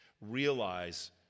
Realize